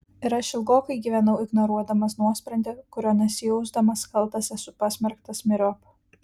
ir aš ilgokai gyvenau ignoruodamas nuosprendį kuriuo nesijausdamas kaltas esu pasmerktas myriop